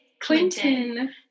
Clinton